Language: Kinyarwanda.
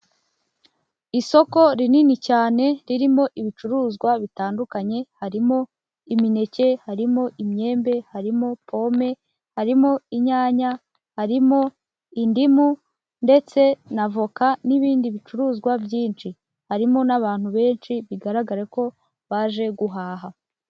Isoko rinini cyane, ririmo ibicuruzwa bitandukanye, harimo imineke, harimo imyembe, harimo pome, harimo inyanya, harimo indimu ndetse na voka n'ibindi bicuruzwa byinshi, harimo n'abantu benshi bigaraga ko baje guhaha.